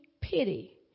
pity